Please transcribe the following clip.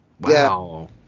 Wow